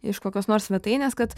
iš kokios nors svetainės kad